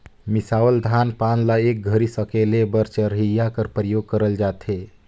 मिसावल धान पान ल एक घरी सकेले बर चरहिया कर परियोग करल जाथे